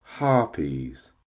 Harpies